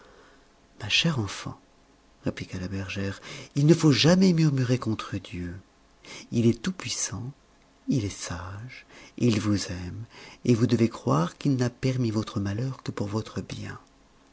ma chère enfant répliqua la bergère il ne faut jamais murmurer contre dieu il est tout puissant il est sage il vous aime et vous devez croire qu'il n'a permis votre malheur que pour votre bien